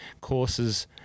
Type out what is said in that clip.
courses